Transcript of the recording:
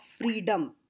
freedom